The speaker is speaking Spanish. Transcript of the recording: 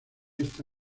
esta